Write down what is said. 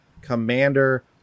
Commander